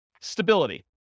Stability